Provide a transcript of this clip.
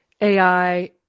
AI